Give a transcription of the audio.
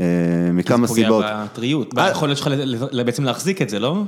‫מכמה סיבות. ‫-פוגעה בטריות. ‫אבל יכול לך בעצם להחזיק את זה, לא?